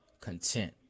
content